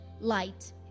light